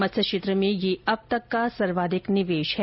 मत्स्य क्षेत्र में यह अब तक का सर्वाधिक निवेश है